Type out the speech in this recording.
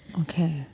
Okay